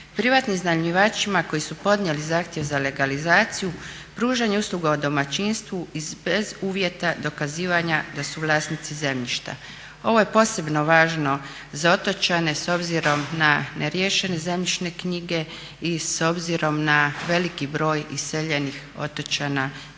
Privatnim iznajmljivačima koji su podnijeli zahtjev za legalizaciju pružanje usluga u domaćinstvu i bez uvjeta dokazivanja da su vlasnici zemljišta. Ovo je posebno važno za otočane s obzirom na neriješene zemljišne knjige i s obzirom na veliki broj iseljenih otočana diljem